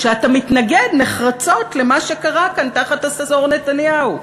שאתה מתנגד נחרצות למה שקרה כאן תחת עשור נתניהו,